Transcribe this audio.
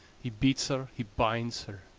he beats her, he binds her,